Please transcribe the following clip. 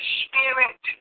spirit